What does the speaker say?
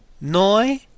Noi